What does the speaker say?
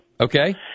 okay